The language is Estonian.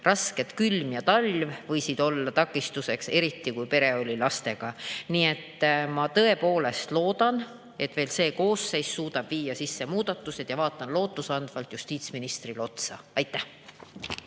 Raske külm ja talv võisid olla takistuseks, eriti kui pere oli lastega. Nii et ma tõepoolest loodan, et veel see koosseis suudab viia sisse muudatused, ja vaatan lootustandvalt justiitsministrile otsa. Aitäh!